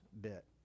bit